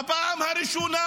בפעם הראשונה,